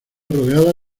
rodeado